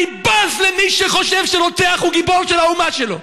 אני בז למי שחושב שמי שרוצח הוא גיבור של האומה שלו.